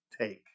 take